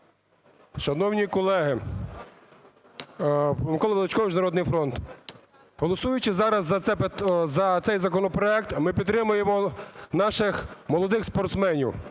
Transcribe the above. Шановні колеги! Микола Величкович, "Народний фронт". Голосуючи зараз за цей законопроект, ми підтримуємо наших молодих спортсменів.